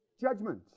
judgment